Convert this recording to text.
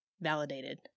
validated